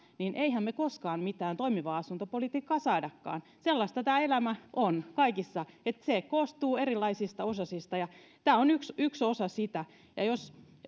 niin emmehän me koskaan mitään toimivaa asuntopolitiikkaa saakaan sellaista tämä elämä on kaikessa että se koostuu erilaisista osasista ja tämä on yksi yksi osa sitä